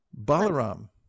Balaram